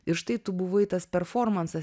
ir štai tu buvai tas performansas